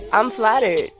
i'm flattered.